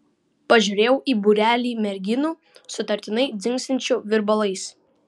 pažiūrėjau į būrelį merginų sutartinai dzingsinčių virbalais